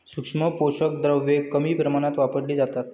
सूक्ष्म पोषक द्रव्ये कमी प्रमाणात वापरली जातात